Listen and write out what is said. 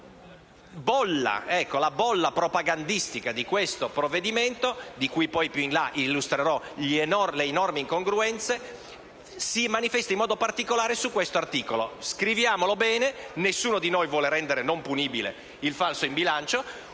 La bolla propagandistica di questo provvedimento, di cui più in là illustrerò le enormi incongruenze, si manifesta in modo particolare su questo articolo: scriviamolo bene. Nessuno di noi vuole rendere non punibile il reato di falso in bilancio.